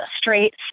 straight